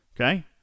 Okay